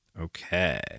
Okay